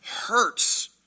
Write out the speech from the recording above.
hurts